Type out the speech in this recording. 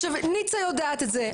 עכשיו, ניצה יודעת את זה.